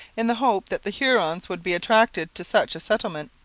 in the hope that the hurons would be attracted to such a settlement,